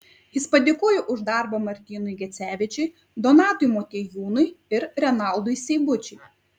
jis padėkojo už darbą martynui gecevičiui donatui motiejūnui ir renaldui seibučiui